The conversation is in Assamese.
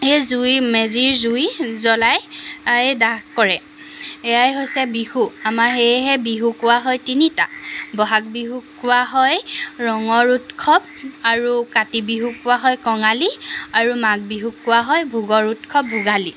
সেই জুই মেজিৰ জুই জ্বলাই দাহ কৰে এয়াই হৈছে বিহু আমাৰ সেয়েহে বিহুক কোৱা হয় তিনিটা বহাগ বিহুক কোৱা হয় ৰঙৰ উৎসৱ আৰু কাতি বিহুক কোৱা হয় কঙালী আৰু মাঘ বিহুক কোৱা হয় ভোগৰ উৎসৱ ভোগালী